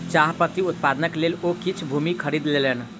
चाह पत्ती उत्पादनक लेल ओ किछ भूमि खरीद लेलैन